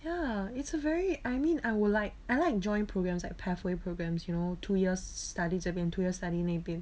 ya it's a very I mean I will like I like joint programs like pathway programs you know two years study 这边 two years study 那边